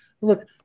Look